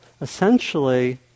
Essentially